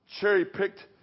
cherry-picked